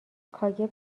کاگب